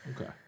Okay